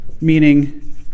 meaning